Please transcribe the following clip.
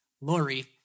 Lori